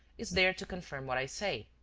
is there to confirm what i say.